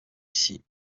ici